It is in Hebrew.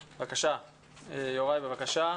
יוראי, בבקשה,